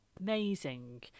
amazing